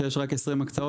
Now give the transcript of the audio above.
בגלל שיש רק 20 הקצאות.